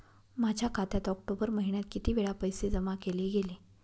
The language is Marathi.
माझ्या खात्यात ऑक्टोबर महिन्यात किती वेळा पैसे जमा केले गेले?